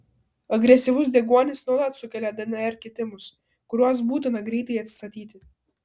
agresyvus deguonis nuolat sukelia dnr kitimus kuriuos būtina greitai atstatyti